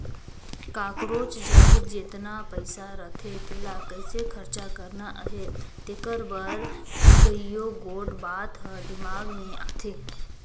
काकरोच जग जेतना पइसा रहथे तेला कइसे खरचा करना अहे तेकर बर कइयो गोट बात हर दिमाक में आथे